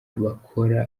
bakora